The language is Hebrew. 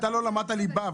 אתה לא למדת ליבה,